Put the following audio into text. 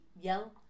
yell